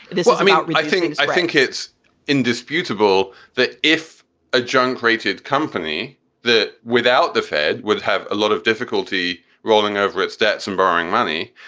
this is i mean, rethinking i think it's indisputable that if a junk rated company that without the fed would have a lot of difficulty rolling over its debts and borrowing money,